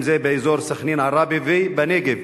אם באזור סח'נין עראבה ואם בנגב.